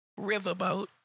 Riverboat